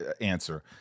answer